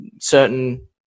certain